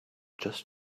just